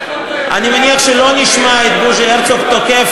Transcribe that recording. אני מניח שלא נשמע את בוז'י הרצוג תוקף